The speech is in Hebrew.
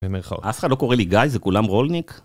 במרכאות, אף אחד לא קורא לי גיא, זה כולם רולניק?